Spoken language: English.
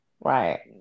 Right